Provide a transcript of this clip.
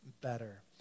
better